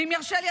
ואם ירשה לי,